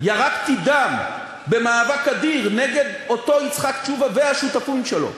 ירקתי דם במאבק אדיר נגד אותו יצחק תשובה והשותפים שלו,